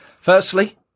Firstly